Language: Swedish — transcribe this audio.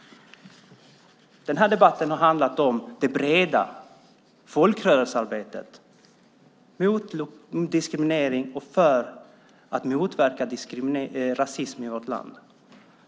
Den här debatten har handlat om det breda folkrörelsearbetet mot diskriminering och för att motverka rasism i vårt land.